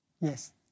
Yes